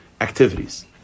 activities